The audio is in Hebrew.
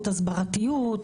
הסברתיות,